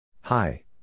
Hi